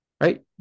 Right